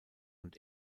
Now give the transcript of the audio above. und